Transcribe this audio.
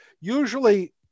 Usually